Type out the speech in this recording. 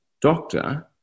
doctor